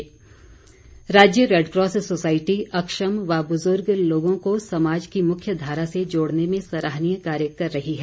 red cross society राज्य red cross society अक्षम व बुजुर्ग लोगों को समाज की मुख्य धारा से जोड़ने में सराहनीय कार्य कर रही है